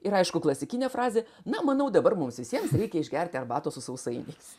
ir aišku klasikinė frazė na manau dabar mums visiems reikia išgerti arbatos su sausainiais